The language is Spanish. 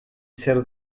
ser